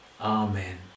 Amen